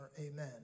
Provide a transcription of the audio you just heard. Amen